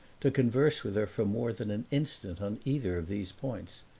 to converse with her for more than an instant on either of these points.